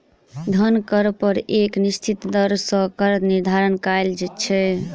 धन कर पर एक निश्चित दर सॅ कर निर्धारण कयल छै